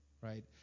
right